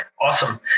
Awesome